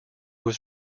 was